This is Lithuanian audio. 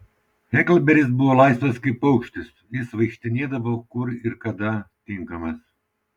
heklberis buvo laisvas kaip paukštis jis vaikštinėdavo kur ir kada tinkamas